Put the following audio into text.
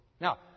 Now